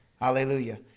Hallelujah